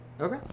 Okay